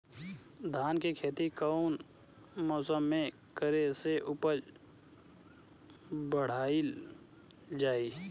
धान के खेती कौन मौसम में करे से उपज बढ़ाईल जाई?